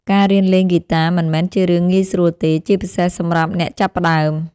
ការរៀនលេងហ្គីតាមិនមែនជារឿងងាយស្រួលទេ ជាពិសេសសម្រាប់អ្នកចាប់ផ្តើម។